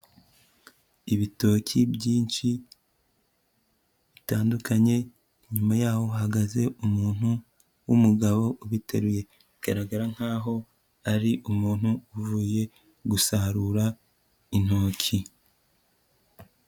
Ibitoki byinshi bitandukanye ,inyuma yaho hahagaze umuntu w'umugabo ubiteruye, bigaragara nkaho ari umuntu uvuye gusarura intoki.